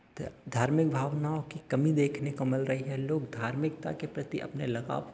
धार्मिक भावनाओं की कमी देखने को मिल रही है लोग धार्मिकता के प्रति अपने लगाव